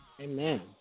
Amen